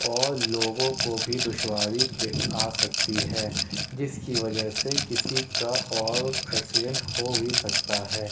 اور لوگوں کو بھی دشواری پہ آ سکتی ہے جس کی وجہ سے کسی کا اور ایکسڈینٹ ہو بھی سکتا ہے